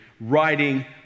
writing